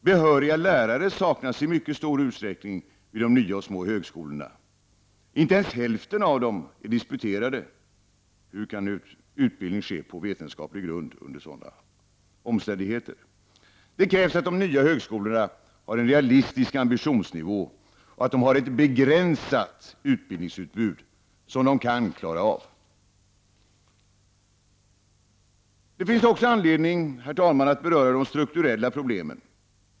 Behöriga lärare saknas i mycket stor utsträckning vid de nya och de små högskolorna. Inte ens hälften av lärarna har disputerat. Hur kan utbildningen ske på vetenskaplig grund under sådana omständigheter? Det krävs att de nya högskolorna har en realistisk ambitionsnivå och att de har ett begränsat utbildningsutbud som de kan klara av. Herr talman! Det finns också anledning att beröra de strukturella problemen.